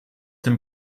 dem